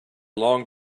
long